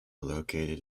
located